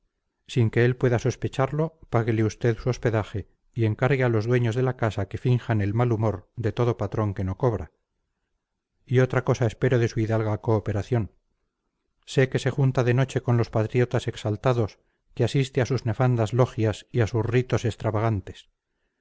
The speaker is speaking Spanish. sin que él pueda sospecharlo páguele usted su hospedaje y encargue a los dueños de la casa que finjan el mal humor de todo patrón que no cobra y otra cosa espero de su hidalga cooperación sé que se junta de noche con los patriotas exaltados que asiste a sus nefandas logias y a sus ritos extravagantes